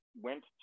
went